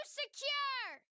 secure